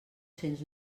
cents